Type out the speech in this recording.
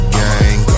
gang